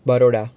Baroda